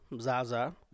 Zaza